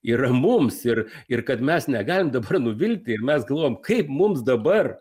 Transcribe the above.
yra mums ir ir kad mes negalim dabar nuvilti ir mes galvojom kaip mums dabar